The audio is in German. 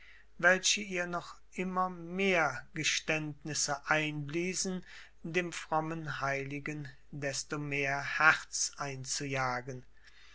welche ihr noch immer mehr geständnisse einbliesen dem frommen heiligen desto mehr herz einzujagen